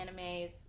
animes